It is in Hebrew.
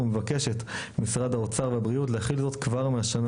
ומבקשת ממשרד האוצר והבריאות להחיל זאת כבר מהשנה